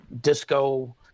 disco